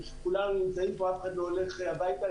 כולנו נמצאים פה, אף אחד לא הולך הביתה.